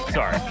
Sorry